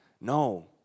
No